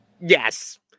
Yes